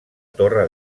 torre